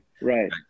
Right